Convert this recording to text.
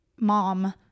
mom